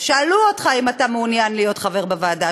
שאלו אותך אם אתה מעוניין להיות חבר בוועדה,